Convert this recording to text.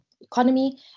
economy